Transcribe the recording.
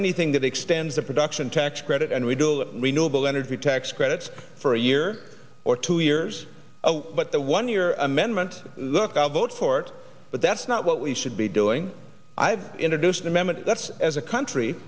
anything that extends the production tax credit and we do all renewable energy tax credits for a year or two years but the one year amendment look i'll vote for it but that's not what we should be doing i've introduced an amendment that's as a country